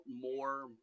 more